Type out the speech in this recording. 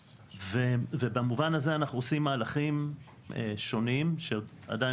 במובן הזה אנחנו עושים מהלכים שונים שעדיין